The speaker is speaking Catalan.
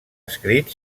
escrit